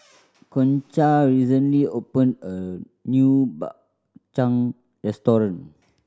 Concha recently opened a new Bak Chang restaurant